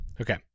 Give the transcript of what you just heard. Okay